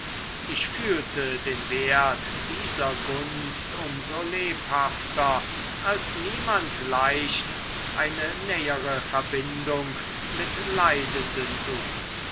ich fühlte den wert dieser gunst um so lebhafter als niemand leicht eine nähere verbindung mit leidenden sucht